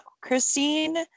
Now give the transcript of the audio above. christine